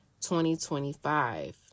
2025